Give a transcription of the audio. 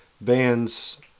bands